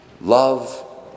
Love